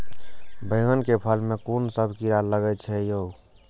बैंगन के फल में कुन सब कीरा लगै छै यो?